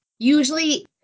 Usually